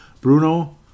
Bruno